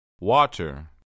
Water